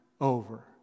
over